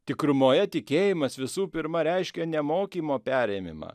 tikrumoje tikėjimas visų pirma reiškia ne mokymo perėmimą